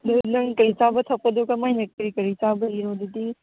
ꯑꯗꯨꯒ ꯅꯪ ꯀꯔꯤ ꯆꯥꯕ ꯊꯛꯄꯗꯨ ꯀꯃꯥꯏꯅ ꯀꯔꯤ ꯀꯔꯤ ꯆꯥꯕ꯭ꯔꯥ ꯏꯔꯣ ꯑꯗꯨꯗꯤ